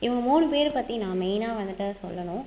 இவங்க மூணு பேரை பற்றி நான் மெயினாக வந்துவிட்டு சொல்லணும்